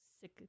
sick